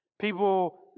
People